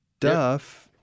Duff